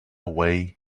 way